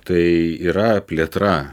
tai yra plėtra